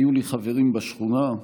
היו לי חברים בשכונה.